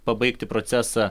pabaigti procesą